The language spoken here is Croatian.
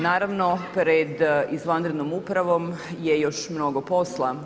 Naravno pred izvanrednom upravom je još mnogo posla.